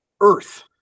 earth